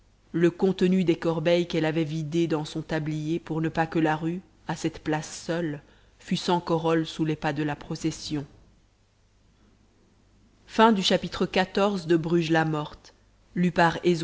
le contenu des corbeilles qu'elle avait vidées dans son tablier pour ne pas que la rue à cette place seule fût sans corolles sous les pas de la procession